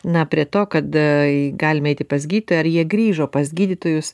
na prie to kada galime eiti pas gydytoją ar jie grįžo pas gydytojus